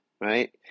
right